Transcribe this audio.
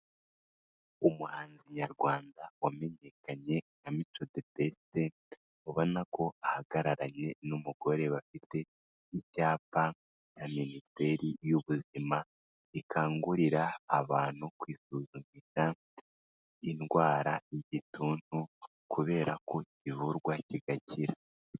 Umuhanzi Nyarwanda wamenyekanye nka Mico the best, ubona ko ahagararanye n'umugore bafite icyapa cya Minisiteri y'Ubuzima gikangurira abantu kwisuzumisha indwara y'igituntu, kubera ko kivurwa kigakira.